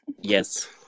Yes